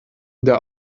der